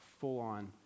full-on